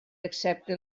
excepte